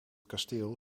kasteel